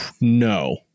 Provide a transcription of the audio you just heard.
No